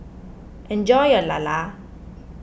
enjoy your Lala